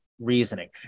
reasoning